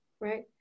Right